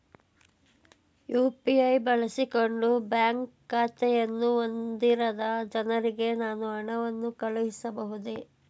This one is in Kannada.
ಯು.ಪಿ.ಐ ಬಳಸಿಕೊಂಡು ಬ್ಯಾಂಕ್ ಖಾತೆಯನ್ನು ಹೊಂದಿರದ ಜನರಿಗೆ ನಾನು ಹಣವನ್ನು ಕಳುಹಿಸಬಹುದೇ?